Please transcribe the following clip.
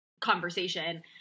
conversation